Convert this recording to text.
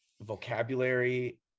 vocabulary